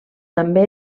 també